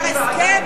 ועדת בדיקה.